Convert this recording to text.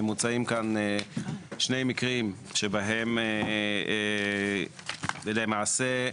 מוצעים כאן שני מקרים שבהם, למעשה,